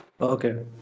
Okay